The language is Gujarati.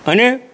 અને